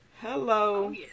Hello